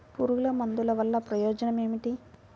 పురుగుల మందుల వల్ల ప్రయోజనం ఏమిటీ?